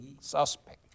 suspect